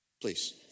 Please